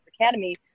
Academy